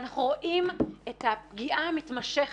ואנחנו רואים את הפגיעה המתמשכת.